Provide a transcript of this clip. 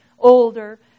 older